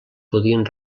podien